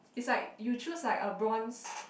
is like you choose like a bronze